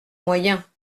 moyens